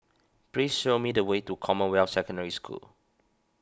please show me the way to Commonwealth Secondary School